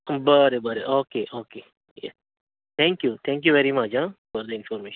बरें बरें okay okay thank you thank you very much ah for the information